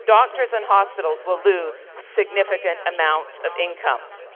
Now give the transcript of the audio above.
doctors and hospitals will lose significant amounts of income.